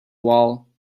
wall